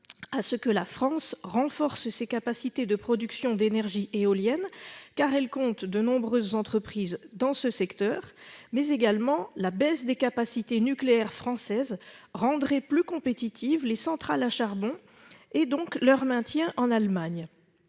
à ce que la France renforce ses capacités de production d'énergie éolienne, car non seulement elle compte de nombreuses entreprises dans ce secteur, mais en outre la baisse des capacités nucléaires françaises rendrait plus compétitifs les centrales à charbon et leur maintien en Allemagne.